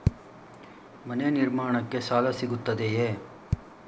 ಮನೆ ನಿರ್ಮಾಣಕ್ಕೆ ಸಾಲ ಸಿಗುತ್ತದೆಯೇ?